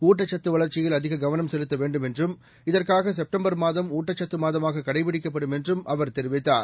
ஊட்டச்சத்துவளர்ச்சியில்அதிககவனம்செலுத்தவேண்டு ம்என்றும்இதற்காகசெப்டம்பர்மாதம் ஊட்டச்சத்துமாதமாககடைபிடிக்கப்படும்என்றும்அவர் தெரிவித்தார்